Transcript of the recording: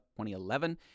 2011